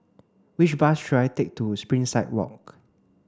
which bus should I take to Springside Walk